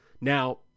Now